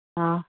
ꯑꯥ